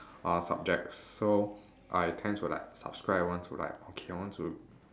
uh subjects so I tend like subscribe want to like okay I want to